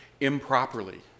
improperly